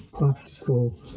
practical